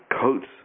coats